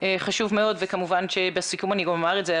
חשוב מאוד וכמובן שבסיכום אני גם אומר את זה,